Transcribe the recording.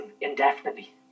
indefinitely